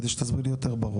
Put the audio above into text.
כדי שתסביר לי יותר ברור.